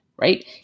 right